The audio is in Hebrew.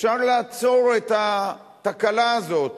אפשר לעצור את התקלה הזאת.